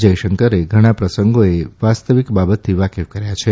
જયશંકરે ઘણા પ્રસંગોએ વાસ્તવિક બાબતથી વાકેફ કર્યા છે